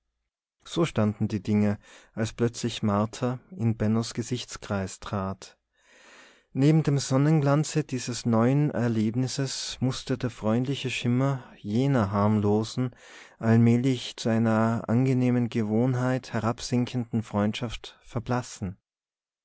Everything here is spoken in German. so standen die dinge als plötzlich martha in bennos gesichtskreis trat neben dem sonnenglanze dieses neuen erlebnisses mußte der freundliche schimmer jener harmlosen allmählich zu einer angenehmen gewohnheit herabsinkenden freundschaft verblassen